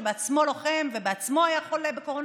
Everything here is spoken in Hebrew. שבעצמו לוחם ובעצמו היה חולה בקורונה,